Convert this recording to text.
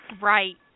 Right